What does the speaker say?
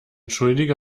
schuldige